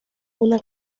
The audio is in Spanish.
una